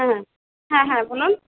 হ্যাঁ হ্যাঁ হ্যাঁ বলুন